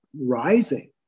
rising